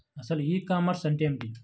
అసలు e commerce అంటే ఏమిటి?